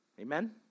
Amen